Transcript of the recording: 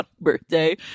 birthday